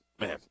man